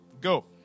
go